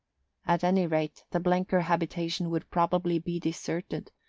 at any rate, the blenker habitation would probably be deserted,